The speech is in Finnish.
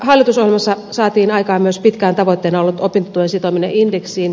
hallitusohjelmassa saatiin aikaan myös pitkään tavoitteena ollut opintotuen sitominen indeksiin